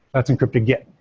that's encrypted git.